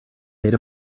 made